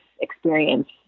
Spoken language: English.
experience